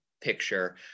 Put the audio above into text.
picture